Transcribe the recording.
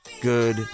Good